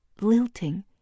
lilting